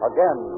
Again